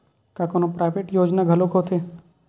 का कोनो प्राइवेट योजना घलोक होथे?